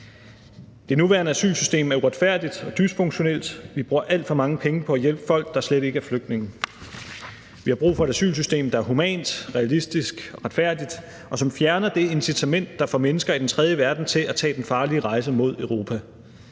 Det nuværende asylsystem er uretfærdigt og dysfunktionelt; vi bruger alt for mange penge på at hjælpe folk, der slet ikke er flygtninge. Vi har brug for et asylsystem, der er humant, realistisk og retfærdigt, og som fjerner det incitament, der får mennesker i den tredje verden til at tage den farlige rejse mod Europa.